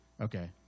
Okay